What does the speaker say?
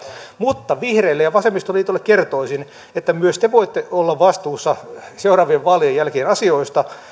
mutta vihreille ja vasemmistoliitolle kertoisin että myös te voitte olla vastuussa seuraavien vaalien jälkeen asioista